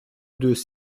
deux